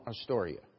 Astoria